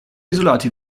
isolati